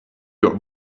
your